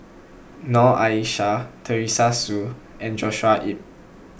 Noor Aishah Teresa Hsu and Joshua Ip